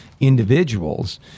individuals